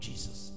Jesus